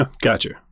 gotcha